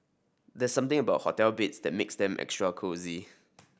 there's something about hotel beds that makes them extra cosy